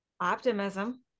optimism